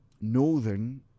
Northern